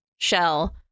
Shell